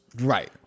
right